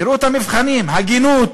תראו את המבחנים, "הגינות,